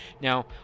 Now